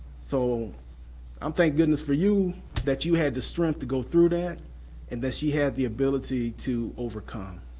so i'm thank goodness for you that you had the strength to go through that and that she had the ability to overcome.